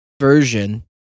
version